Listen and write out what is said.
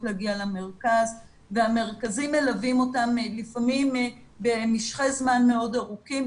להגיע למרכזים והמרכזים מלווים אותם לפעמים במשכי זמן מאוד ארוכים,